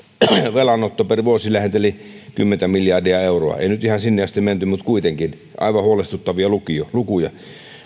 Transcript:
velanotto per vuosi lähenteli kymmentä miljardia euroa ei nyt ihan sinne asti menty mutta kuitenkin aivan huolestuttavia lukuja lukuja